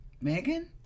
Megan